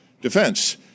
Defense